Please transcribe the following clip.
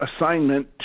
assignment